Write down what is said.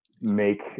make